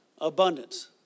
abundance